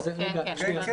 כן, כן.